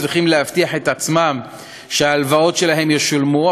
צריכים להבטיח את עצמם שההלוואות ישולמו.